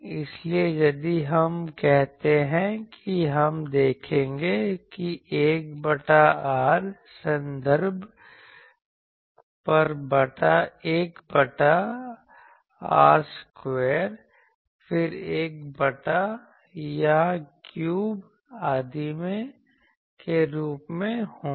इसलिए यदि हम कहते हैं कि हम देखेंगे कि 1 बटा r संदर्भ पर 1 बटा r स्क्वायर फिर 1 बटा r क्यूब आदि के रूप में होंगे